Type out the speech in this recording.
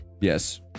Yes